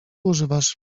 używasz